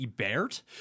Ebert